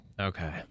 Okay